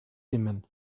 dimmen